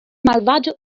malvagio